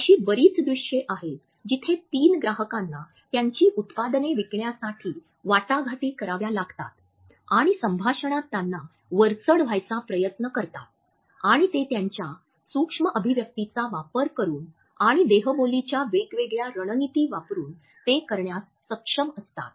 अशी बरीच दृश्ये आहेत जिथे तीन ग्राहकांना त्यांची उत्पादने विकण्यासाठी वाटाघाटी कराव्या लागतात आणि संभाषणात त्यांना वरचढ व्हायचा प्रयत्न करतात आणि ते त्यांच्या सूक्ष्म अभिव्यक्तिचा वापर करून आणि देहबोलीच्या वेगवेगळ्या रणनीती वापरुन ते करण्यास सक्षम असतात